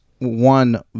One